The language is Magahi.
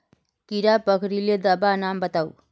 कीड़ा पकरिले दाबा नाम बाताउ?